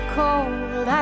cold